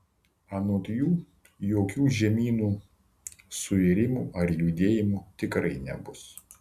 anot jų jokių žemynų suirimų ar judėjimų tikrai nebus